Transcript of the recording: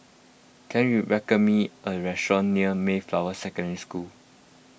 can you recommend me a restaurant near Mayflower Secondary School